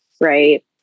right